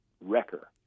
Wrecker